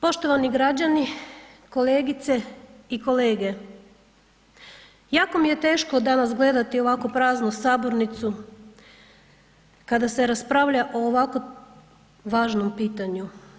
Poštovani građani, kolegice i kolege jako mi je teško danas gledati ovako praznu sabornicu kada se raspravlja o ovako važnom pitanju.